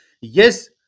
Yes